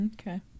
Okay